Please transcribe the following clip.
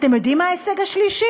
אתם יודעים מה ההישג השלישי?